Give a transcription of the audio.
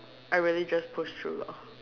I really just push through lor